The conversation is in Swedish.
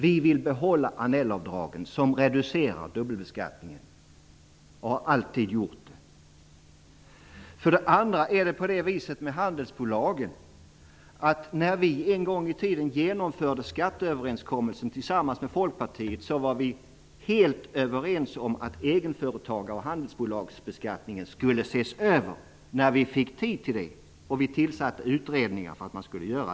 Vi vill behålla Annellavdraget som reducerar dubbelbeskattningen och alltid har gjort det. När vi en gång i tiden genomförde skatteöverenskommelsen tillsammans med Folkpartiet var vi för det andra helt överens om att beskattningen av egenföretagare och handelsbolag skulle ses över när vi fick tid. Vi tillsatte en utredning.